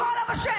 לקרוא לה בשם.